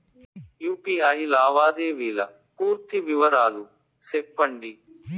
UPI లావాదేవీల పూర్తి వివరాలు సెప్పండి?